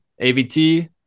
AVT